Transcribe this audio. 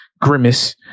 grimace